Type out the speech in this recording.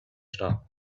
star